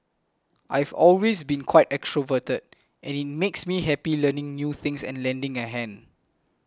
I've always been quite extroverted and it makes me happy learning new things and lending a hand